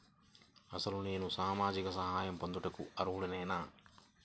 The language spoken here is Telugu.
అసలు నేను సామాజిక సహాయం పొందుటకు అర్హుడనేన?